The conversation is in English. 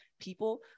people